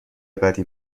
بدی